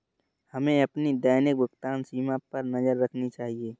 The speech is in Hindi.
हमें अपनी दैनिक भुगतान सीमा पर नज़र रखनी चाहिए